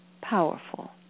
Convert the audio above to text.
powerful